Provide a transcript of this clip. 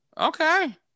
Okay